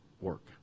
work